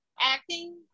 acting